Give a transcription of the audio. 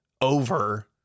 Over